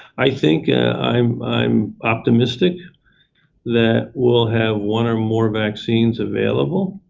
i think i'm i'm optimistic that we'll have one or more vaccines available